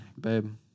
Babe